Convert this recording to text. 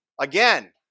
again